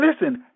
Listen